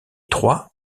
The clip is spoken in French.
trois